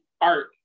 art